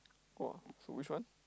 !woah! so which one